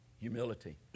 Humility